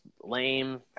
lame